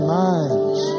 minds